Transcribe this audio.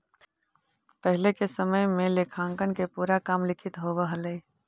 पहिले के समय में लेखांकन के पूरा काम लिखित होवऽ हलइ